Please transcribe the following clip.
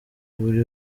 buri